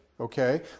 Okay